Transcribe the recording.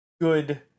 good